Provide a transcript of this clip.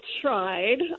tried